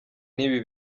n’ibi